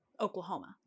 Oklahoma